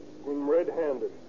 red-handed